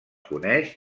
coneix